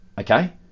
okay